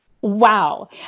wow